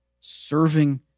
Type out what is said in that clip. serving